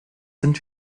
sind